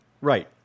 Right